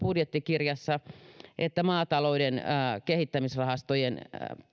budjettikirjassa todetaan että maatalouden kehittämisrahastojen